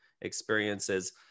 experiences